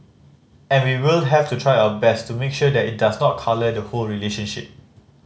and we will have to try our best to make sure that it does not colour the whole relationship